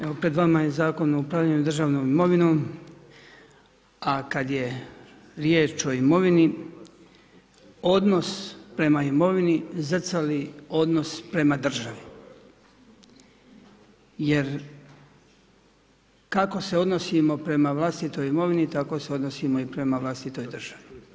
Evo pred vama je Zakon o upravljanju državnom imovinom, a kada je riječ o imovini odnos prema imovini zrcali odnos prema državi jer kako se odnosimo prema vlastitoj imovini, tako se odnosimo i prema vlastitoj državi.